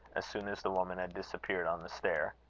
as soon as the woman had disappeared on the stair.